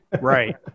Right